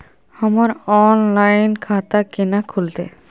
हमर ऑनलाइन खाता केना खुलते?